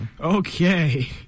Okay